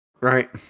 Right